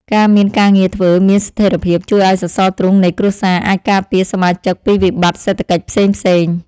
ការមានការងារធ្វើមានស្ថិរភាពជួយឱ្យសសរទ្រូងនៃគ្រួសារអាចការពារសមាជិកពីវិបត្តិសេដ្ឋកិច្ចផ្សេងៗ។